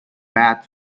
bad